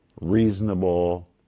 reasonable